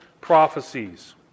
prophecies